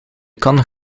kan